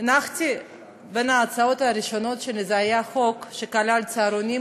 הנחתי בין ההצעות הראשונות שלי חוק שכלל צהרונים,